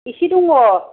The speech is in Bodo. एसे दङ